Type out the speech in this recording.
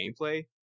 gameplay